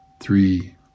three